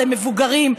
למבוגרים,